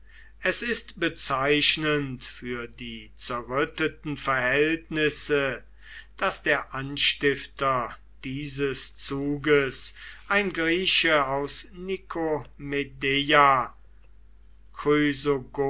es ist bezeichnend für die zerrütteten verhältnisse daß der anstifter dieses zuges ein grieche aus